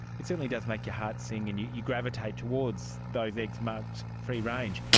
it certainly does make your heart sing and you you gravitate towards those eggs marked free range.